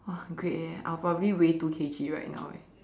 !wah! great eh I will probably weigh two K_G right now eh